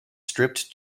stripped